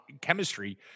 chemistry